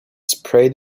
sprayed